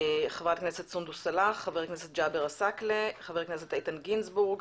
סונדוס סאלח, ג'אבר עסאקלה, איתן גינזבורג,